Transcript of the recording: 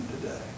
today